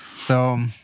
So-